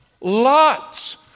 Lots